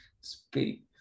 speak